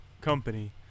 company